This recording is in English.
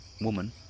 woman